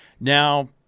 Now